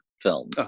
films